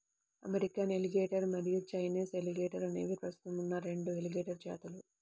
American alligator మరియు Chinese alligator అనేవి ప్రస్తుతం ఉన్న రెండు ఎలిగేటర్ జాతులు